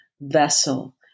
vessel